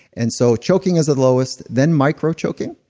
and so choking is the lowest. then micro choking.